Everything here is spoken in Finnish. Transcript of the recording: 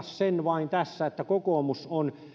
sen vain voin tässä todeta että kokoomus on